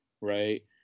right